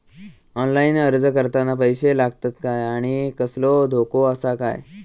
Online अर्ज करताना पैशे लागतत काय आनी कसलो धोको आसा काय?